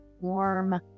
warm